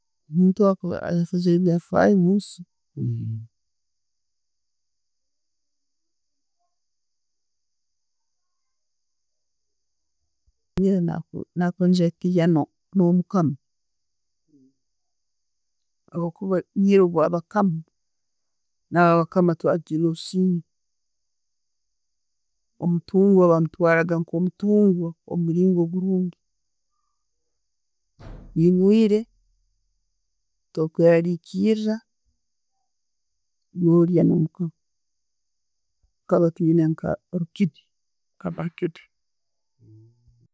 Omuntu bwakuba eyakozere ebya'faayo munsi, no'mukama habwokuba, era bwa'bakama, nabakama twali tuyine businge, omutungwa bamutwaraga nko muntungwa omumuringo gurungi, nwiire, tokwerarikiriira, no lya no'mukama. Tukaba tuyine nka rukidi.